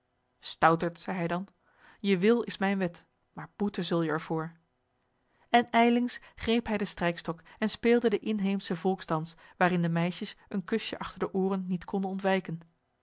stoutert zei hij dan je wil is mijn wet maar boeten zul je er voor je ijlings greep hij den strijkstok en speelde den inheemschen volksdans waarin de meisjes een kusje achter de ooren niet konden ontwijken